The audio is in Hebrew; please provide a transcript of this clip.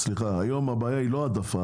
הבעיה היום היא לא העדפה,